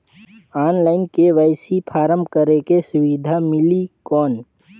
Online KYC form करेके सुविधा मिली कौन?